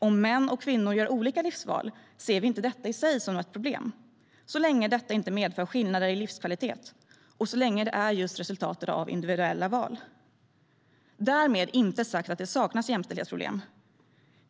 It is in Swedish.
Om män och kvinnor gör olika livsval ser vi inte detta som något problem i sig, så länge det inte medför skillnader i livskvalitet och så länge det är resultat av just individuella val. Därmed har jag inte sagt att det saknas jämställdhetsproblem.